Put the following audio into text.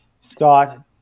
Scott